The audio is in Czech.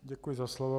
Děkuji za slovo.